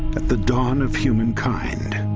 at the dawn of humankind